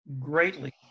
greatly